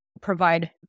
provide